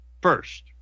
first